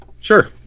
sure